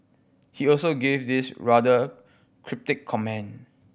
he also gave this rather cryptic comment